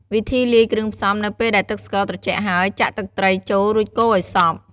វិធីលាយគ្រឿងផ្សំ នៅពេលដែលទឹកស្ករត្រជាក់ហើយ ចាក់ ទឹកត្រី ចូល រួចកូរឲ្យសព្វ។